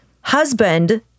husband